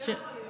לא יכול להיות.